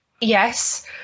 yes